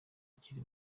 ikiri